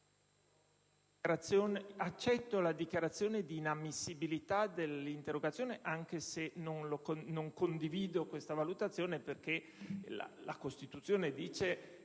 accetto la dichiarazione di inammissibilità dell'interrogazione, anche se non ne condivido la motivazione, perché la Costituzione afferma